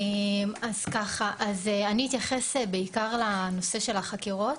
אני אתייחס בעיקר לנושא של החקירות.